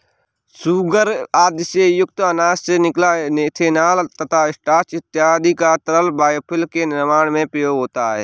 sugar आदि से युक्त अनाज से निकला इथेनॉल तथा स्टार्च इत्यादि का तरल बायोफ्यूल के निर्माण में प्रयोग होता है